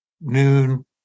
noon